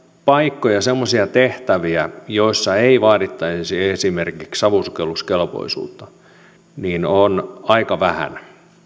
paikkoja semmoisia tehtäviä joissa ei vaadittaisi esimerkiksi savusukelluskelpoisuutta on aika vähän